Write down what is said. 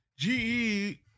GE